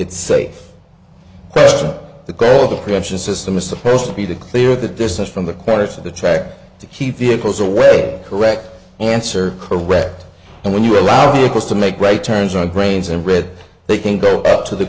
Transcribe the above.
it safe the goal of the prevention system is supposed to be to clear the distance from the corners of the track to keep vehicles away correct answer correct and when you allow vehicles to make right turns on grains and red they can go up to the